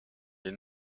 les